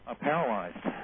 paralyzed